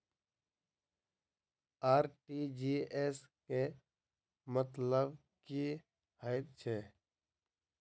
RTGS केँ मतलब की हएत छै?